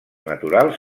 naturals